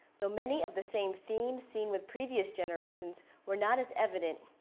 though many of the same themes scene with previous generations were not as evident.